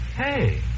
Hey